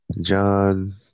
John